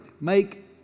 make